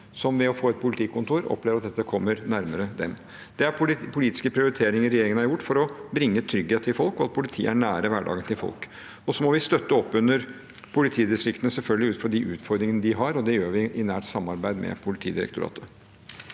som ved å få et politikontor opplever at dette kommer nærmere dem. Dette er politiske prioriteringer regjeringen har gjort for å bringe trygghet til folk, og for at politiet er nært i hverdagen til folk. Så må vi selvfølgelig støtte opp under politidistriktene ut fra de utfordringene de har, og det gjør vi i nært samarbeid med Politidirektoratet.